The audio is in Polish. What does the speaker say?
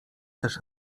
też